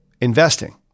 investing